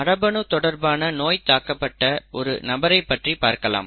மரபணு தொடர்பான நோய் தாக்கப்பட்ட ஒரு நபரைப் பற்றி பார்க்கலாம்